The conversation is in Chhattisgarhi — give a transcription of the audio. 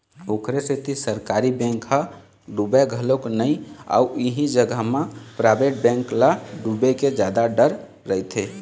ओखरे सेती सरकारी बेंक ह डुबय घलोक नइ अउ इही जगा म पराइवेट बेंक ल डुबे के जादा डर रहिथे